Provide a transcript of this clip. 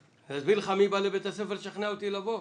להסביר לך מי בא לבית הספר לשכנע אותי לבוא?